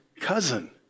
cousin